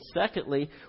secondly